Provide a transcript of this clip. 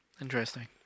interesting